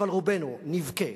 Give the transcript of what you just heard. אבל רובנו נבכה